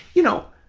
you know,